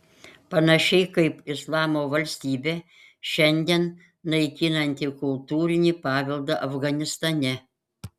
panašiai kaip islamo valstybė šiandien naikinanti kultūrinį paveldą afganistane